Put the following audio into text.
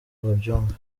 babyumve